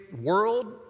world